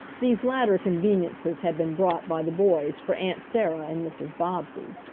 these latter conveniences had been brought by the boys for aunt sarah and mrs. bobbsey.